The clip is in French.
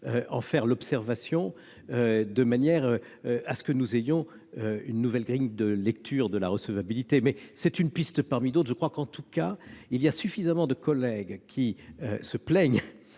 en faire l'observation de manière que nous ayons une nouvelle grille de lecture de la recevabilité. C'est simplement une piste parmi d'autres, mais il y a suffisamment de collègues qui se plaignent